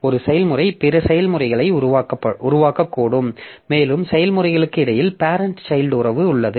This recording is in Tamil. ஒரு செயல்முறை பிற செயல்முறைகளை உருவாக்கக்கூடும் மேலும் செயல்முறைகளுக்கு இடையில் பேரெண்ட் சைல்ட் உறவு உள்ளது